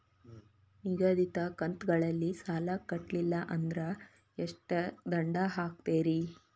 ನಿಗದಿತ ಕಂತ್ ಗಳಲ್ಲಿ ಸಾಲ ಕಟ್ಲಿಲ್ಲ ಅಂದ್ರ ಎಷ್ಟ ದಂಡ ಹಾಕ್ತೇರಿ?